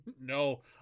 No